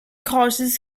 causes